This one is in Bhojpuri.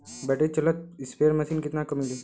बैटरी चलत स्प्रेयर मशीन कितना क मिली?